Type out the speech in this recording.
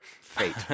Fate